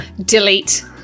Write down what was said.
Delete